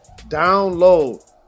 download